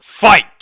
Fight